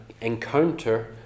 encounter